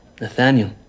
Nathaniel